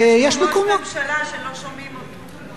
יש פה ראש ממשלה שלא שומעים אותו.